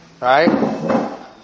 Right